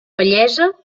vellesa